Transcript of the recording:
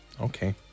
Okay